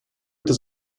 это